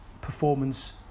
performance